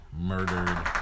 murdered